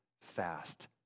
fast